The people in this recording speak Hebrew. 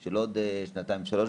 של עוד שנתיים שלוש.